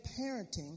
parenting